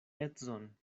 edzon